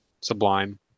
Sublime